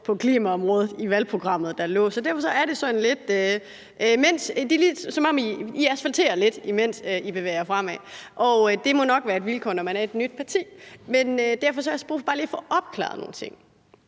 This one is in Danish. på klimaområdet i valgprogrammet, der lå. Det er lidt, som om I asfalterer, mens I bevæger jer fremad. Det må nok være et vilkår, når man er et nyt parti. Derfor har jeg brug for bare lige at få opklaret nogle ting.